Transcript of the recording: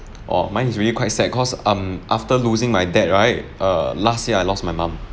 orh mine is really quite sad cause um after losing my dad right err last year I lost my mum